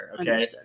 okay